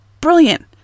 brilliant